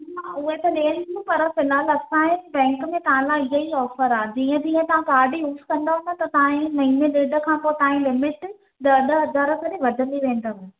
उहे त ॾिए ई थी पर फ़िल्हाल असां जे बैंक में तव्हां लाइ इहा ई ऑफ़र आहे जीअं जीअं तव्हां कार्ड यूस कन्दव न त तव्हां जी महिने ॾेढ खां पोइ तव्हां जी लिमिट ॾह ॾह हज़ार करे वधन्दी वेंदव